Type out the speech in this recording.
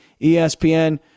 ESPN